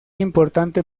importante